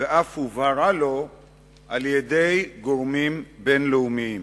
ואף הובהרה לו על-ידי גורמים בין-לאומיים.